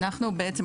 אנחנו בעצם,